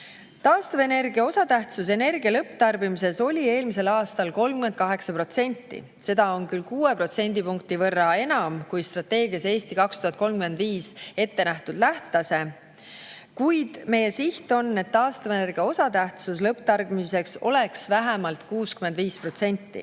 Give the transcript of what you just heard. Taastuvenergia osatähtsus energia lõpptarbimises oli eelmisel aastal 38%. Seda on küll 6 protsendipunkti võrra enam kui strateegias "Eesti 2035" ettenähtud lähtetase, kuid meie siht on, et taastuvenergia osatähtsus lõpptarbimises oleks vähemalt 65%.